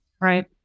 Right